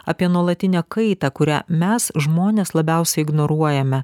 apie nuolatinę kaitą kurią mes žmonės labiausiai ignoruojame